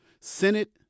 Senate